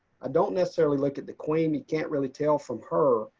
i don't necessarily look at the queen. we can't really tell from her.